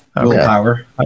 willpower